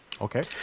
Okay